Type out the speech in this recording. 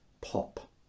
Pop